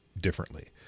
differently